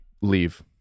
leave